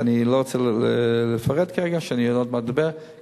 ואני לא רוצה לפרט כרגע כי אני עוד מעט אדבר על זה,